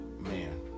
man